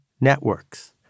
networks